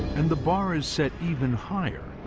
and the bar is set even higher,